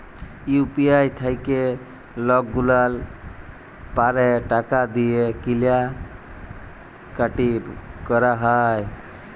UPI থ্যাইকে লকগুলাল পারে টাকা দিঁয়ে কিলা কাটি ক্যরা যায়